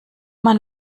mann